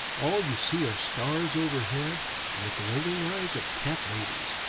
all you see are stars overhead and the glowing eyes of cat ladies,